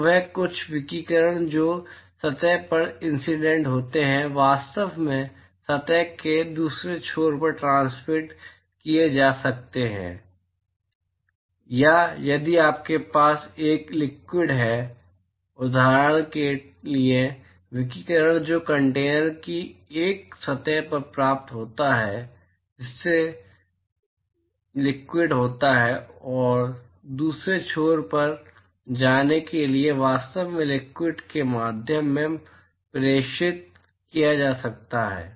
तो वहाँ कुछ विकिरण जो सतह पर इंसिडेंट होते हैं वास्तव में सतह के दूसरे छोर तक ट्रांसमिट किए जा सकते हैं या यदि आपके पास एक लिक्विड है उदाहरण के लिए विकिरण जो कंटेनर की एक सतह पर प्राप्त होता है जिसमें लिक्विड होता है दूसरे छोर में जाने के लिए वास्तव में लिक्विड के माध्यम से प्रेषित किया जा सकता है